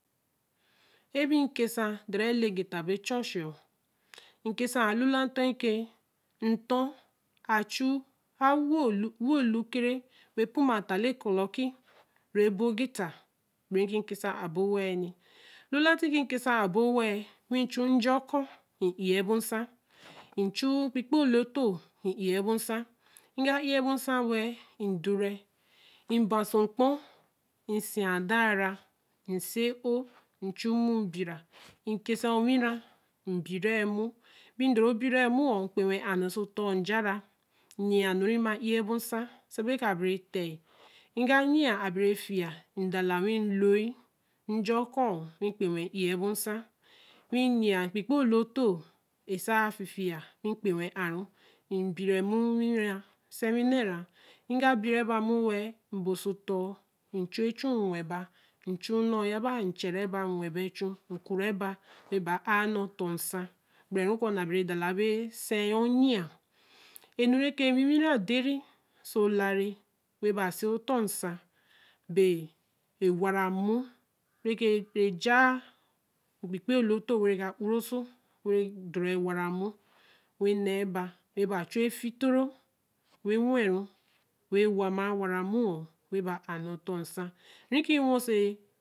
Ebi nkesa derɛ le geta bo chɔ chiɔ. nkesa alula ntɔ eke ntɔ̃ kachu awolu wo lu kere we puma taale kɔlɔki rɛ bo geta biri ki nkesa'abo wɛɛɛri. lwa nti ki mkesa'abo wɛɛɛri. nwii mchu njɔkɔ m'iɛ bo ñsã. mchuu mkpikpee lo too m'ie bo ñsã. mg'iɛ bo ñsã wɛɛɛ. mdorɛ nwii mba so mkpɔ. wii msii adaa rã. msie'o mchu mmu mbira. mkesowirã. mbirɛɛ mmu mbi mdɔru birɛɛ mmuɔ mkpennwɛ a'nɛ oso ɔtɔ nja rã nnyia enu ri mma'iɛ bo ñsã sebe kɔ bere tɛi. mga nnyia. abere fia mdala nwii mloi nja ɔkɔɔ nwii kpennwɛm'iɛ bo ñsã. nwii nnyia kpikpee lo too esaa fifia nwii mkpennwɛ m'a. mbire mmu wɛɛɛ. mbo sotɔɔ mchu echu nnwɛba mchu nnɔɔ yaba mchɛrɛ ba mnnwɛ ba echu mkurɛ ba. baaka nɔɔtɔ ñsã gbɛrɛ ru kɔ baa bere dala bee sɛɛ onyia enu reke enwinwi rã deri oso lera we ba si ntɔ ñsã bee. be wara mmu rɛkere jaa mkpikpee lo too were ka ura ose wara mmu wera ka nɛɛ ba weba chu efitoro we nnwɛru we wama wara mmuɔ we'a nɛɛ ɔtɔɔ ñsã ri ki nnwɛ see